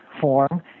form